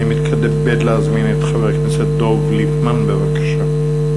אני מתכבד להזמין את חבר הכנסת דב ליפמן, בבקשה.